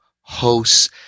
hosts